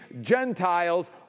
Gentiles